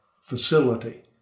facility